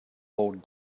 old